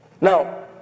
Now